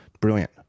Brilliant